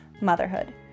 motherhood